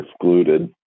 excluded